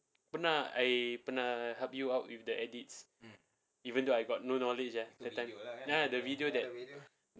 pernah I pernah help you out with the edits even though I got no knowledge ah tentang video ah the video that